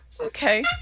Okay